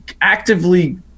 actively